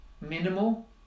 minimal